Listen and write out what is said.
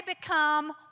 become